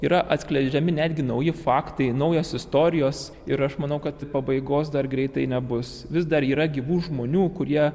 yra atskleidžiami netgi nauji faktai naujos istorijos ir aš manau kad pabaigos dar greitai nebus vis dar yra gyvų žmonių kurie